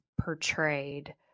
portrayed